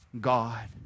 God